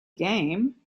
game